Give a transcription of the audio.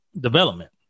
development